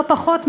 לא פחות,